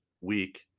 week